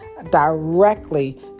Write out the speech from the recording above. Directly